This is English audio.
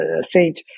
saint